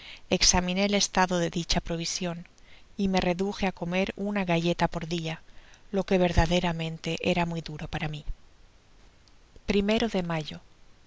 examiné el estado de dicha provision yme reduje á comer una galleta por dia lo que verdaderamente era muy duro para mi i de mayo